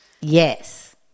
Yes